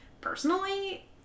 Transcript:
Personally